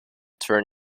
turn